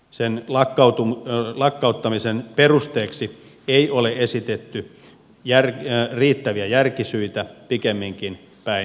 sen lakkauttamisen perusteeksi ei ole esitetty riittäviä järkisyitä pikemminkin päinvastoin